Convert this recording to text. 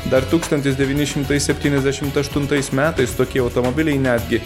dar tūkstantis devyni šimtai septyniasdešim aštuntais metais tokie automobiliai netgi